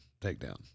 takedown